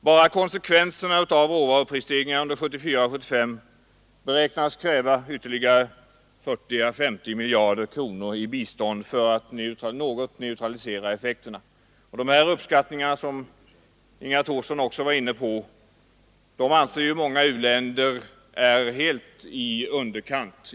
För att något neutralisera effekterna av råvaruprisstegringarna under 1974 och 1975 beräknas det krävas ytterligare 40—50 miljarder kronor i bistånd. Dessa uppskattningar — som också Inga Thorsson berörde — anser många u-länder vara tilltagna i underkant.